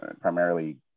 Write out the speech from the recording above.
primarily